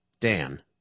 Dan